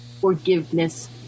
Forgiveness